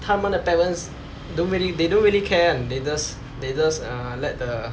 他们的 parents don't really they don't really [one] they just they just uh let the